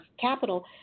capital